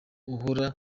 uhora